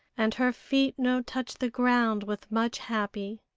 and her feet no touch the ground with much happy.